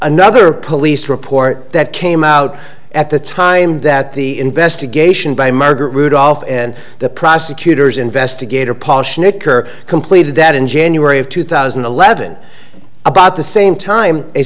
another police report that came out at the time that the investigation by margaret rudolph and the prosecutor's investigator polish nick are completed that in january of two thousand and eleven about the same time